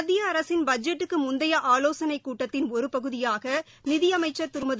மத்திய அரசின் பட்ஜெட்டுக்கு முந்தைய ஆலோசனைக் கூட்டத்தின் ஒரு பகுதியாக நிதியமைச்சர் திருமதி